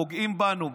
פוגעים בנו,